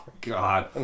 God